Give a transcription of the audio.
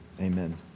amen